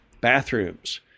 bathrooms